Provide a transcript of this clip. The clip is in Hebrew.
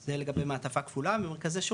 זה לגבי מעטפה כפולה ומרכזי שירות,